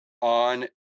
on